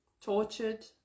Tortured